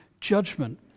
judgment